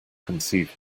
conceive